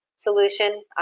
Solution